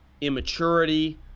immaturity